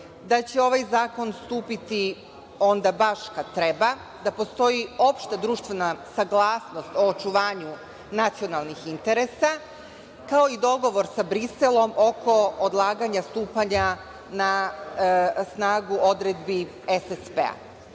da će ovaj zakon stupiti onda baš kada treba, da postoji opštedruštvena saglasnost o očuvanju nacionalnih interesa, kao i dogovor sa Briselom oko odlaganja stupanja na snagu odredbi SSP.